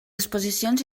exposicions